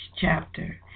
chapter